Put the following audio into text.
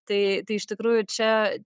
tai tai iš tikrųjų čia